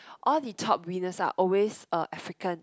all the top winners are always uh African